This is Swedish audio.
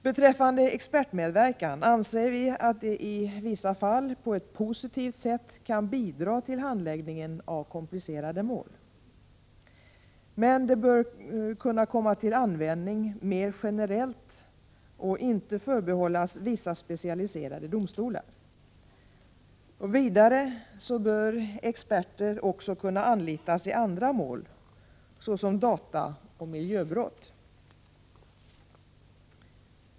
Beträffande expertmedverkan anser vi att den i vissa fall på ett positivt sätt kan bidra till handläggningen av komplicerade mål. Men den bör kunna komma till användning mer generellt och inte förbehållas vissa specialiserade domstolar. Vidare bör experter också kunna anlitas i andra mål, såsom dataoch miljöbrott.